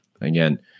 Again